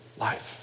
life